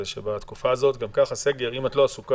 לעשות